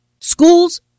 Schools